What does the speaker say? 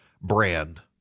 brand